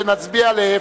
ונצביע להיפך.